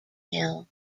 hill